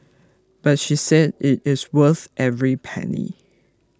but she said it is worth every penny